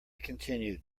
continued